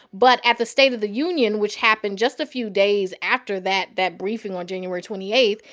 but at the state of the union, which happened just a few days after that that briefing on january twenty eight,